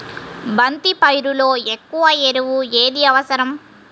బంతి పైరులో ఎక్కువ ఎరువు ఏది అవసరం?